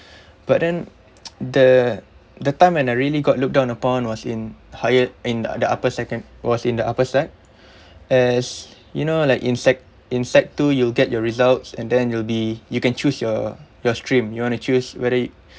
but then the the time when I really got looked down upon was in higher in the the upper second was in the upper sec as you know like in sec in sec two you'll get your results and then you'll be you can choose your your stream you want to choose whether